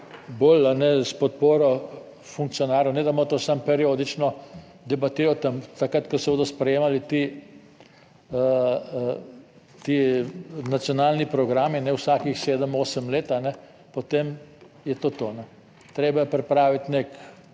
bolj s podporo funkcionarjev, ne da bomo to samo periodično debatiram takrat, ko se bodo sprejemali ti nacionalni programi vsakih 7, 8 let, potem je to. Treba je pripraviti, nek